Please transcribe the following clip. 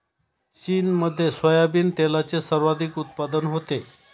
चीनमध्ये सोयाबीन तेलाचे सर्वाधिक उत्पादन होते